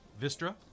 Vistra